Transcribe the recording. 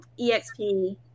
EXP